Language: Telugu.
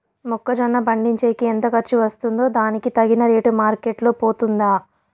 మొక్క జొన్న పండించేకి ఎంత ఖర్చు వస్తుందో దానికి తగిన రేటు మార్కెట్ లో పోతుందా?